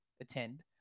attend